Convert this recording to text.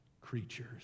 creatures